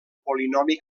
polinomi